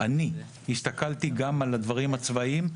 אני הסתכלתי גם על הדברים הצבאיים,